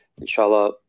Inshallah